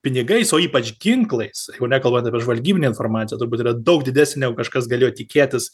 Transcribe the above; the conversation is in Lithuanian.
pinigais o ypač ginklais jau nekalbant apie žvalgybinę informaciją turbūt yra daug didesnė negu kažkas galėjo tikėtis